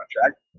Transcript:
contract